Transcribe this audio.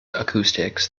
acoustics